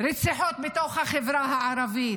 רציחות בתוך החברה הערבית.